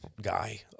guy